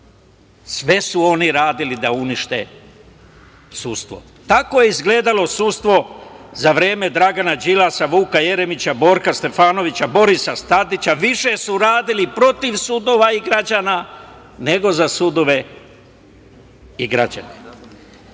Sve su oni radili da unište sudstvo. Tako je izgledalo sudstvo za vreme Dragana Đilasa, Vuka Jeremića, Borka Stefanovića, Borisa Tadića. Više su radili protiv sudova i građana nego za sudove i građane. Kako